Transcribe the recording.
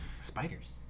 Spiders